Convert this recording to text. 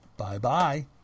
Bye-bye